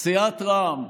סיעת רע"מ.